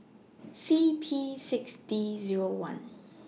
C P six D Zero one